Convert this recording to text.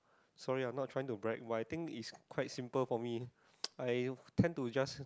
sorry ah not trying to brag but I think it's quite simple for me I tend to just